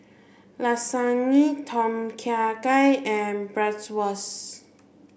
Lasagne Tom Kha Gai and Bratwurst